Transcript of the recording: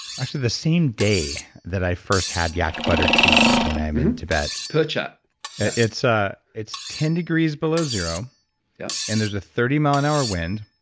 actually the same day that i first had yak butter tea when i'm in tibet po cha it's ah it's ten degrees below zero yeah and there's a thirty mile an hour wind.